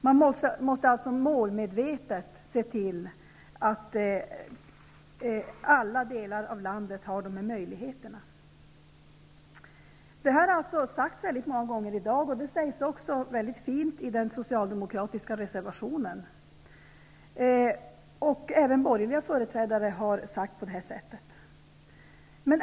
Man måste alltså målmedvetet se till att alla delar av landet har dessa möjligheter. Det jag nu säger har sagts många gånger i dag. Det sägs också mycket fint i den socialdemokratiska reservationen. Även borgerliga företrädare har sagt detta.